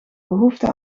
behoefte